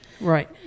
right